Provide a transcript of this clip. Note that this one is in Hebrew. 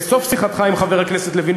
לסוף שיחתך עם חבר הכנסת לוין,